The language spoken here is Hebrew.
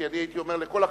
כי הייתי אומר לכל החברים: